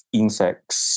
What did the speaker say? insects